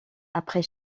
après